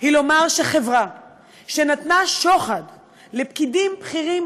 היא לומר שחברה שנתנה שוחד לפקידים בכירים